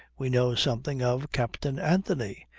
we know something of captain anthony.